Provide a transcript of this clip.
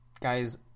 Guys